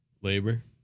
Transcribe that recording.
Labor